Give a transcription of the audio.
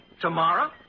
Tomorrow